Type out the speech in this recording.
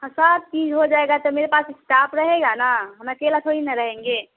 हाँ सब चीज़ हो जाएगा तो मेरे पास इस्टाफ रहेगा ना हम अकेला थोड़ी ना रहेंगे